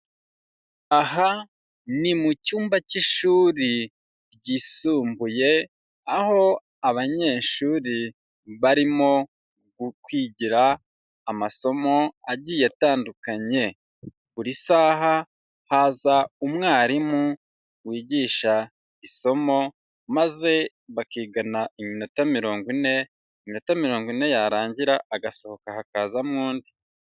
Aha ni mu cyumba cy'ishuri ryisumbuye, aho abanyeshuri barimo kwigira amasomo agiye atandukanye, buri saha haza umwarimu wigisha isomo maze bakigana iminota mirongo ine, iminota mirongo ine yarangira agasohoka hakazamo undi.